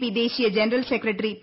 P ദേശീയ general secretary P